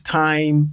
time